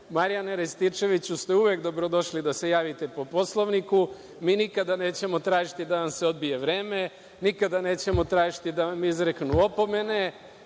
Marjane Rističeviću ste uvek dobrodošli da se javite po Poslovniku, mi nikada nećemo tražiti da vam se odbije vreme, nikada nećemo tražiti da vam izreknu opomene.